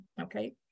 okay